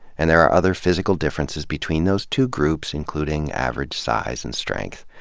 and there are other physical differences between those two groups, including average size and strength.